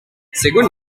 según